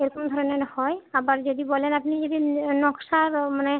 এরকম ধরনের হয় আবার যদি বলেন আপনি যদি নকশার মানে